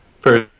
first